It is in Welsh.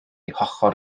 hochr